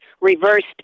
reversed